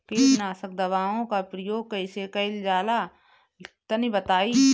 कीटनाशक दवाओं का प्रयोग कईसे कइल जा ला तनि बताई?